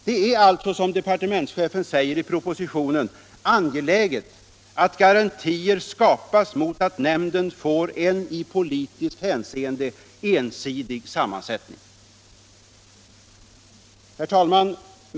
Det är alltså, som departementschefen säger i propositionen, ”angeläget att garantier skapas mot att nämnden får en i politiskt hänseende ensidig sammansättning”. Herr talman!